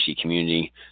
community